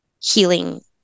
healing